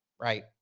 right